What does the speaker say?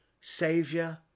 Saviour